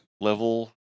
Level